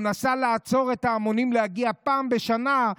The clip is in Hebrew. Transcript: שמנסה לעצור את ההמונים מלהגיע פעם בשנה,